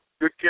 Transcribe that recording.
Good